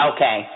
Okay